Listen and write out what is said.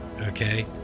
okay